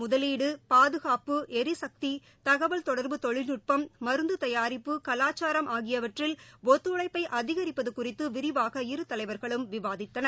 முதலீடு பாதுகாப்பு எரிசக்தி தகவல்தொடர்பு தொழில்நுட்பம் மருந்துதயாரிப்பு கலாச்சாரம் ஆகியவற்றில் ஒத்துழைப்பைஅதிகரிப்பதுகுறித்துவிரிவாக இரு தலைவர்களும் விவாதித்தனர்